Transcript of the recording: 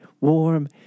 warm